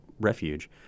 refuge